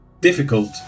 difficult